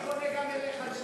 אני פונה גם אליך.